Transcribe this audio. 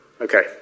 Okay